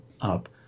up